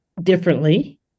differently